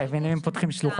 אבל אין שם שלוחה?